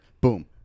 Boom